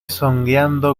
zongueando